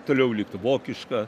toliau likt vokiška